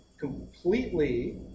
completely